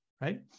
right